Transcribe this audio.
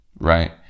right